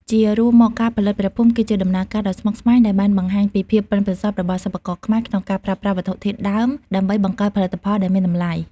ជារួមមក ការផលិតព្រះភូមិគឺជាដំណើរការដ៏ស្មុគស្មាញដែលបានបង្ហាញពីភាពប៉ិនប្រសប់របស់សិប្បករខ្មែរក្នុងការប្រើប្រាស់វត្ថុធាតុដើមដើម្បីបង្កើតផលិតផលដែលមានតម្លៃ។